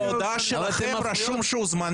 בהודעה שלכם רשום שהוא זמני.